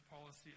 policy